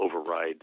override